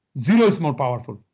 zero is more powerful.